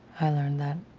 i learned that.